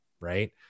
right